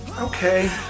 okay